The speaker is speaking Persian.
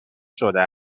شده